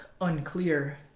unclear